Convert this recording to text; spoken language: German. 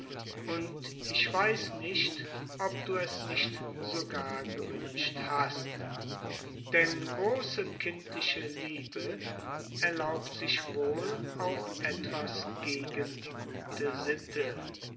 und ich weiß nicht ob du es nicht sogar gewünscht hast denn große kindliche liebe erlaubt sich wohl auch etwas gegen die gute sitte